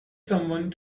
someone